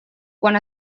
quan